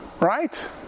Right